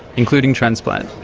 including transplant.